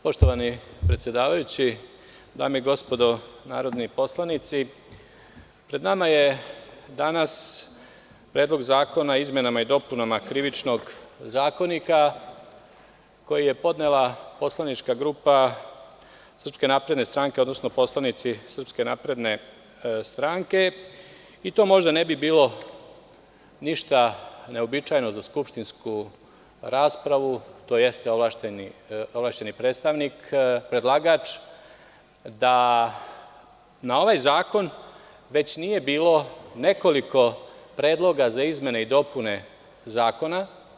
Poštovani predsedavajući, dame i gospodo narodni poslanici, pred nama je danas Predlog zakona o izmenama i dopunama Krivičnog zakonika koji je podnela poslanička grupa Srpska napredna stranka, odnosno poslanici Srpske napredne stranke i to možda ne bi bilo ništa neuobičajeno za skupštinsku raspravu, to jeste ovlašćeni predlagač, da na ovaj zakon već nije bilo nekoliko predloga za izmene i dopune zakona.